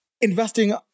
investing